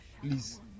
Please